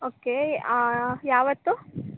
okay ಯಾವತ್ತು